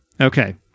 Okay